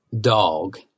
dog